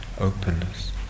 openness